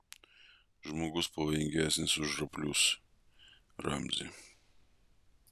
žmogus pavojingesnis už roplius ramzi